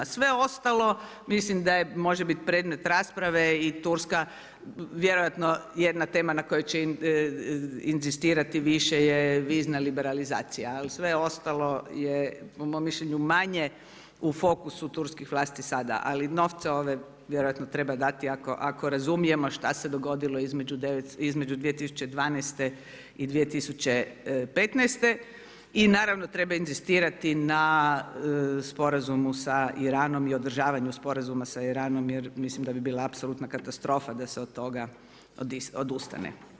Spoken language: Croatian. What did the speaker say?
Svo ostalo mislim da može biti predmet rasprave i Turska vjerojatno jedna tema na kojoj će inzistirati više je vizna liberalizacija, a sve ostalo je, po mom mišljenju manje, u fokusu turskih vlasti sada, ali novce ove vjerojatno treba dati, ako razumijemo, što se dogodilo između 2012. i 2015. i naravno treba inzistirati na sporazumu sa Iranom i odražavanju sporazumu sa Iranom, jer mislim da bi bila apsolutna katastrofa da se od toga odustane.